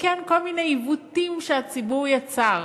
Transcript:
לתקן כל מיני עיוותים שהציבור יצר.